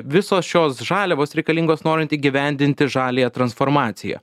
visos šios žaliavos reikalingos norint įgyvendinti žaliąją transformaciją